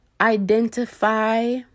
identify